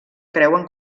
creuen